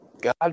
God